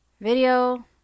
video